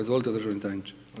Izvolite državni tajniče.